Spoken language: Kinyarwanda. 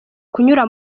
kunyura